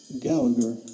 Gallagher